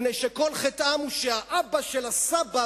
מפני שכל חטאם הוא שהאבא של הסבא,